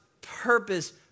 purpose